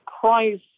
price